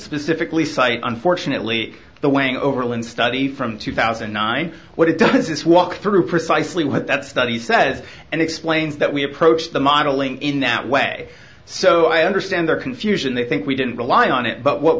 specifically cite unfortunately the way overland study from two thousand and nine what it does this walk through precisely what that study says and explains that we approached the modeling in that way so i understand their confusion they think we didn't rely on it but what